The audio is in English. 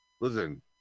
Listen